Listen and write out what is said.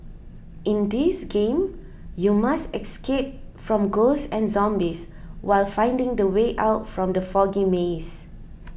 in this game you must escape from ghosts and zombies while finding the way out from the foggy maze